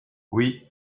oui